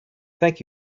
thank